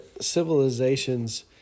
civilizations